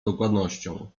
dokładnością